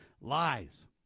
lies